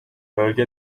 bölge